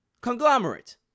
Conglomerate